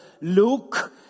Luke